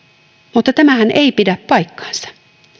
mutta tämähän ei pidä paikkaansa